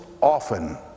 often